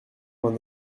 vingt